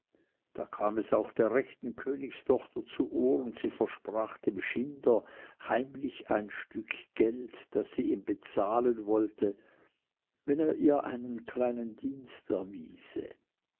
da kam es auch der rechten königstochter zu ohr und sie versprach dem schinder heimlich ein stück geld das sie ihm bezahlen wollte wenn er ihr einen kleinen dienst erwiese